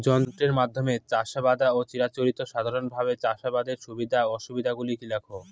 যন্ত্রের মাধ্যমে চাষাবাদ ও চিরাচরিত সাধারণভাবে চাষাবাদের সুবিধা ও অসুবিধা গুলি লেখ?